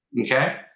Okay